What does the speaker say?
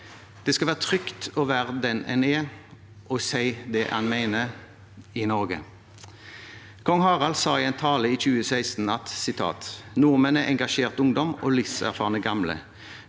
Det skal være trygt å være den en er, og si det en mener i Norge. Kong Harald sa i en tale i 2016: «Nordmenn er engasjert ungdom og livserfarne gamle.